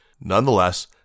Nonetheless